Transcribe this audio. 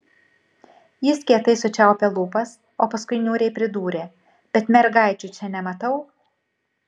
jis kietai sučiaupė lūpas o paskui niūriai pridūrė bet mergaičių čia nematau